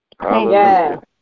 Amen